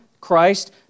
Christ